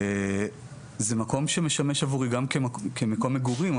וזה מקום שמשמש עבורי גם כמקום מגורים,